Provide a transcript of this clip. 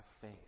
faith